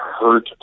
hurt